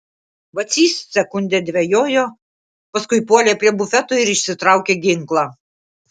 vacys sekundę dvejojo paskui puolė prie bufeto ir išsitraukė ginklą